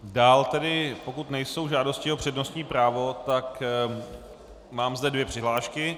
Dál tedy, pokud nejsou žádosti o přednostní právo, tak mám zde dvě přihlášky.